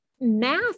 math